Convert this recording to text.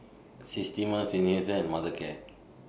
Systema Seinheiser and Mothercare